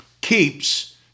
keeps